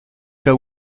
cas